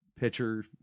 pitcher